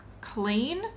clean